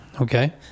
Okay